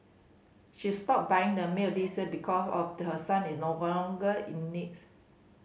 she stopped buying the milk this year because of her son is no longer it needs